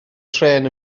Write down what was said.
trên